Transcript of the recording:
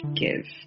give